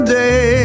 day